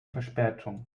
verspätung